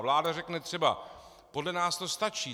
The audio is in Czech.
A vláda řekne třeba podle nás to stačí.